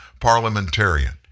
parliamentarian